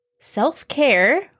self-care